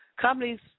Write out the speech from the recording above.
companies